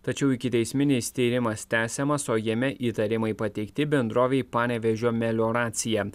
tačiau ikiteisminis tyrimas tęsiamas o jame įtarimai pateikti bendrovei panevėžio melioracija